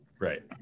Right